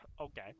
Okay